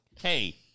Hey